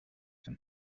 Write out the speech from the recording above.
him